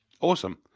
Awesome